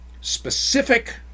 Specific